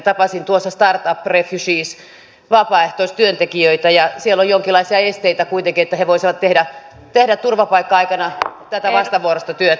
tapasin tuossa startup refugees vapaaehtoistyöntekijöitä ja siellä on jonkinlaisia esteitä kuitenkin että voitaisiin tehdä turvapaikka aikana tätä vastavuoroista työtä